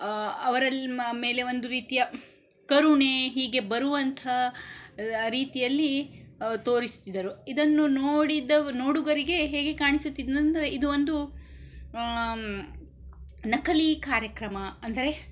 ಅವರಲ್ಲಿ ಮೇಲೆ ಒಂದು ರೀತಿಯ ಕರುಣೆ ಹೀಗೆ ಬರುವಂತಹ ರೀತಿಯಲ್ಲಿ ತೋರಿಸುತಿದ್ದರು ಇದನ್ನು ನೋಡಿದವ ನೋಡುಗರಿಗೆ ಹೇಗೆ ಕಾಣಿಸುತ್ತಿತ್ತು ಅಂದರೆ ಇದು ಒಂದು ನಕಲಿ ಕಾರ್ಯಕ್ರಮ ಅಂದರೆ